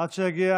עד שיגיע